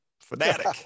fanatic